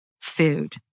food